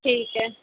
ٹھیک ہے